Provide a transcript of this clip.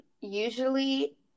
usually